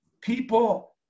people